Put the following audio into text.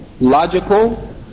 logical